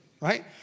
right